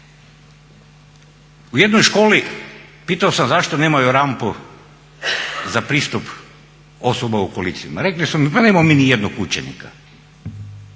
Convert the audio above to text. U jednoj školi pitao sam zašto nemaju rampu za pristup osoba u kolicima? Rekli su mi pa nemamo mi nijednog učenika.